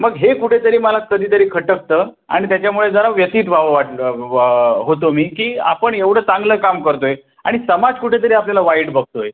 मग हे कुठे तरी मला कधी तरी खटकतं आणि त्याच्यामुळे जरा व्यथित व्हावं वाटलं व होतो मी की आपण एवढं चांगलं काम करतो आहे आणि समाज कुठे तरी आपल्याला वाईट बघतो आहे